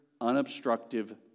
unobstructive